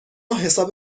حساب